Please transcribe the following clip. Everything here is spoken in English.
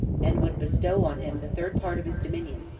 and would bestow on him the third part of his dominion,